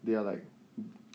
they are like